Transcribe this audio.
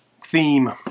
theme